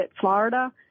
Florida